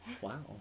Wow